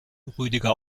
rüdiger